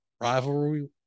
rivalry